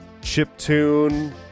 chiptune